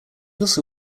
also